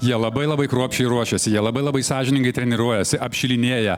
jie labai labai kruopščiai ruošiasi jie labai labai sąžiningai treniruojasi apšilinėja